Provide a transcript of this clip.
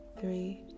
three